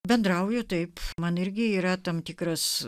bendrauju taip man irgi yra tam tikras